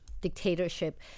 dictatorship